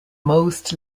most